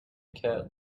cat